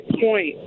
point